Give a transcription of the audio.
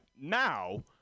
now